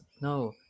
no